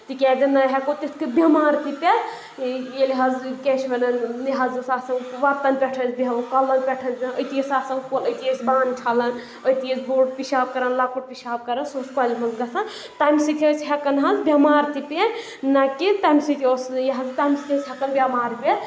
تِکیازِ نہ ہیٚکو تِتھ کٔنۍ بؠمار تہِ پیٚتھ ییٚلہِ حظ کیاہ چھِ وَنان یہِ حظ ٲس آسان وَتَن پؠٹھ ٲسۍ بیٚہوان کۄلَن پؠٹھ بیٚہوان أتی ٲسۍ آسان کۄل أتی ٲسۍ بانہٕ چھَلان أتی ٲسۍ بوٚڑ پِشاب کَران لۄکُٹ پِشاب کَران سُہ اوس کۄلہِ منٛز گژھان تَمہِ سۭتۍ ٲسۍ ہیٚکان حظ بؠمار تہِ پیٚتھ نہ کہِ تَمہِ سۭتۍ اوس یہِ حظ تَمہِ سۭتۍ ٲسۍ ہیٚکان بؠمار پیٚتھ